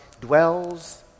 dwells